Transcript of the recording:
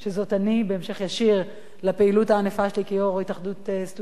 בהמשך ישיר לפעילות הענפה שלי כיו"ר התאחדות הסטודנטים הארצית,